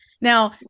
now